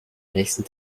nächsten